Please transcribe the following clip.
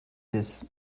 des